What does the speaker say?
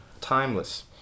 Timeless